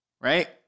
Right